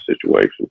situation